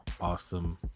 awesome